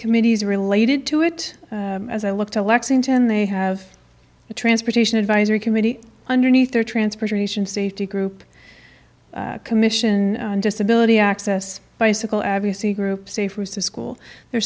committees related to it as i look to lexington they have a transportation advisory committee underneath their transportation safety group commission disability access bicycle advocacy groups a first a school there